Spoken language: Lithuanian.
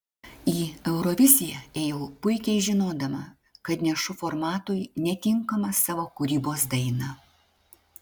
į euroviziją ėjau puikiai žinodama kad nešu formatui netinkamą savo kūrybos dainą